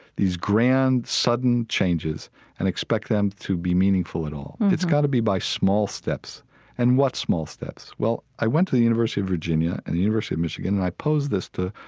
these grand sudden changes and expect them to be meaningful at all mm-hmm it's got to be by small steps and what small steps? well, i went to the university of virginia and the university of michigan and i posed this to,